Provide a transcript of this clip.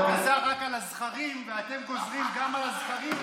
פרעה גזר רק על הזכרים ואתם גוזרים גם על הנקבות.